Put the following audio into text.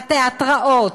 התיאטראות,